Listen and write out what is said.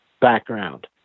background